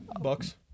Bucks